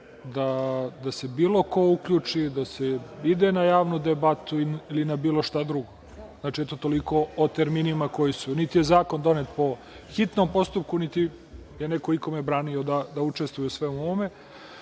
da se bilo ko uključi, da se ide na javnu debatu ili na bilo šta drugo. Toliko o terminima koji su. Niti je zakon donet po hitnom postupku, niti je neko ikome branio da učestvuje u svemu ovome. Ono